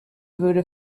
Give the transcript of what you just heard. würde